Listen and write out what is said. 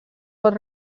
pot